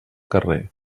carrer